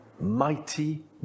mighty